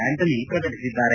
Antony ಪ್ರಕಟಿಸಿದ್ದಾರೆ